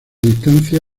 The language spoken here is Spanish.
distancia